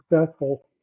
successful